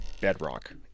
bedrock